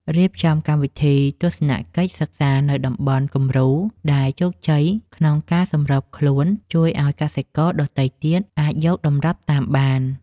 រៀបចំកម្មវិធីទស្សនកិច្ចសិក្សានៅតំបន់គំរូដែលជោគជ័យក្នុងការសម្របខ្លួនជួយឱ្យកសិករដទៃទៀតអាចយកតម្រាប់តាមបាន។